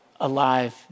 alive